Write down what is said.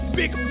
big